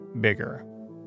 bigger